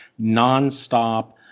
nonstop